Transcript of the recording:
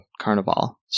Carnival